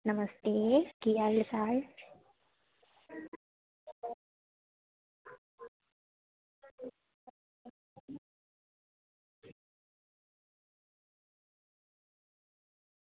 नमस्ते केह् हाल चाल